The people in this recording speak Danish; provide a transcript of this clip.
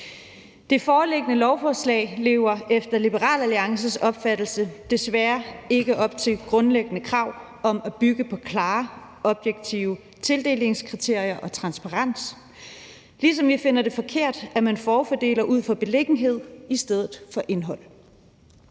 Det foreliggende lovforslag lever efter Liberal Alliances opfattelse desværre ikke op til grundlæggende krav om at bygge på klare, objektive tildelingskriterier og transparens, ligesom vi finder det forkert, at man forfordeler ud fra beliggenhed i stedet for indhold.